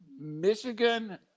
Michigan –